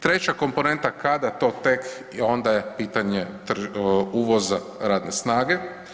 Treća komponenta kada to tek onda je pitanje uvoza radne snage.